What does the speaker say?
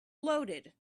loaded